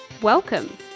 Welcome